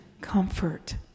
comfort